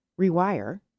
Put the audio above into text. rewire